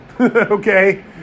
okay